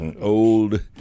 Old